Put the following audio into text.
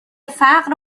فقر